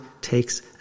takes